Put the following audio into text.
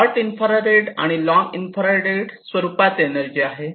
short infrared आणि long infrared स्वरूपात energy आहे